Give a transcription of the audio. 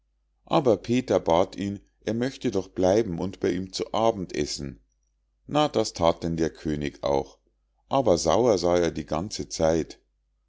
aber peter bat ihn er möchte doch bleiben und bei ihm zu abend essen na das that denn der könig auch aber sauer sah er die ganze zeit